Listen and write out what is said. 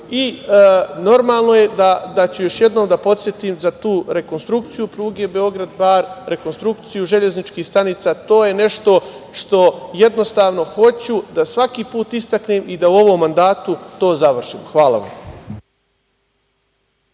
razvoju. Normalno je da ću još jednom da podsetim za tu rekonstrukciju pruge Beograd-Bar, rekonstrukciju železničkih stanica, jer je to nešto što jednostavno hoću da svaki put istaknem i da u ovom mandatu to završimo. Hvala.